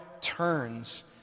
turns